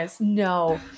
No